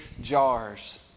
jars